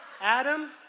Adam